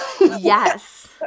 Yes